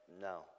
no